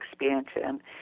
expansion